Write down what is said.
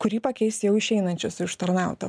kurį pakeis jau išeinančios į užtarnautą